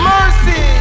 Mercy